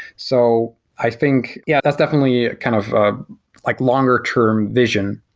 so i think, yeah, that's definitely kind of ah like longer-term vision.